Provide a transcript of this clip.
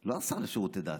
לא השר לשירותי דת,